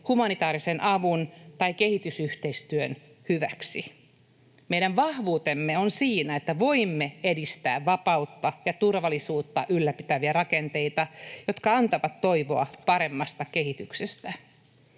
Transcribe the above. humanitaarisen avun tai kehitysyhteistyön hyväksi. Meidän vahvuutemme on siinä, että voimme edistää vapautta ja turvallisuutta ylläpitäviä rakenteita, jotka antavat toivoa paremmasta kehityksestä.